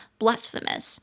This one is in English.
blasphemous 。